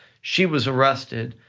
she was arrested,